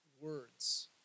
words